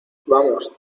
vamos